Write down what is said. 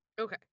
Okay